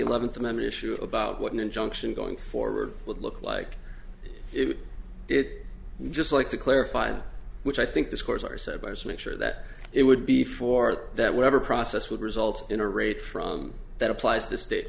eleventh amendment issue about what an injunction going forward would look like if it just like to clarify and which i think the scores are set by some make sure that it would be for that whatever process would result in a rate from that applies to state